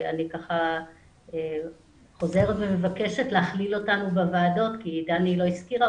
אני חוזרת ומבקשת להכליל אותנו בוועדות כי דני לא הזכירה